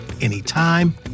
anytime